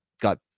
got